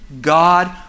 God